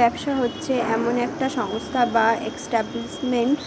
ব্যবসা হচ্ছে এমন একটি সংস্থা বা এস্টাব্লিশমেন্ট